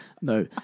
No